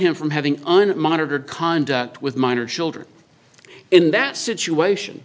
him from having an unmonitored conduct with minor children in that situation